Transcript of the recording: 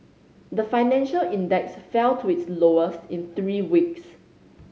the financial index fell to its lowest in three weeks